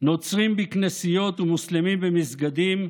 נוצרים בכנסיות, ומוסלמים במסגדים,